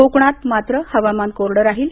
कोकणात मात्र हवामान कोरडं राहील